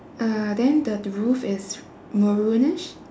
uh then the th~ roof is maroonish